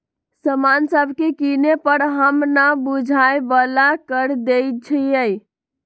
समान सभके किने पर हम न बूझाय बला कर देँई छियइ